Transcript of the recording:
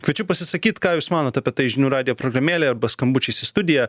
kviečiu pasisakyt ką jūs manot apie tai žinių radijo programėlėj arba skambučiais į studiją